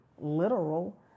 literal